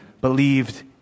believed